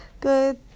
Good